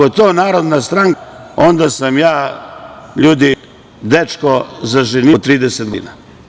Ako je to narodna stranka onda sam ja ljudi dečko za ženidbu od 30 godina.